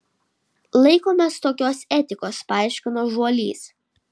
laikomės tokios etikos paaiškino žuolys